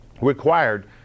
required